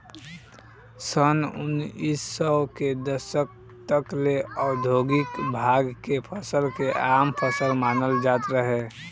सन उनऽइस सौ के दशक तक ले औधोगिक भांग के फसल के आम फसल मानल जात रहे